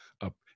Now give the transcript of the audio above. up